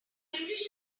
english